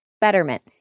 Betterment